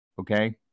Okay